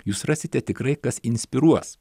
jūs rasite tikrai kas inspiruos